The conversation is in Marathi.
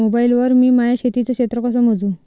मोबाईल वर मी माया शेतीचं क्षेत्र कस मोजू?